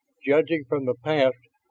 judging from the past.